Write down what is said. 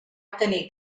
tenir